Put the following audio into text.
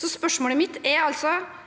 Spørsmålet er altså: